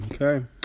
Okay